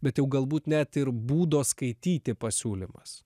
bet jau galbūt net ir būdo skaityti pasiūlymas